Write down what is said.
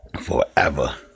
forever